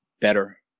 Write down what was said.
better